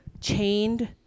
chained